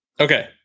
Okay